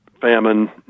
famine